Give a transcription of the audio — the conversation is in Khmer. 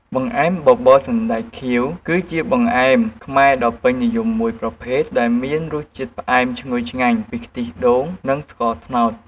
បង្អែមបបរសណ្ដែកខៀវ គឺជាបង្អែមខ្មែរដ៏ពេញនិយមមួយប្រភេទ ដែលមានរសជាតិផ្អែមឈ្ងុយឆ្ងាញ់ពីខ្ទិះដូង និងស្ករត្នោត។